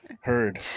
Heard